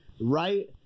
right